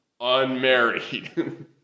Unmarried